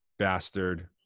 Bastard